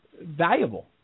valuable